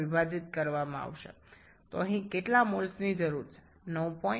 সুতরাং এখানে কত মোল প্রয়োজন